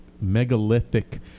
megalithic